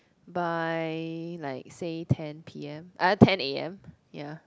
by like say ten p_m uh ten a_m ya